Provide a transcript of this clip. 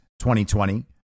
2020